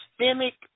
systemic